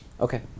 Okay